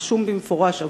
רשום במפורש אבטחה,